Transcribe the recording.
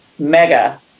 mega